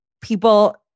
people